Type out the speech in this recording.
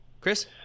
Chris